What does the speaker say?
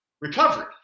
recovery